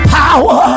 power